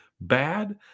bad